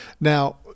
Now